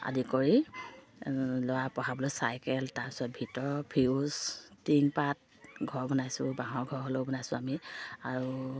আদি কৰি ল'ৰা পঢ়াবলৈ চাইকেল তাৰপিছত ভিতৰ ফিউজ টিংপাত ঘৰ বনাইছোঁ বাঁহৰ ঘৰ হ'লেও বনাইছোঁ আমি আৰু